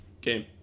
game